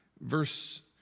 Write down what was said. verse